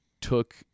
took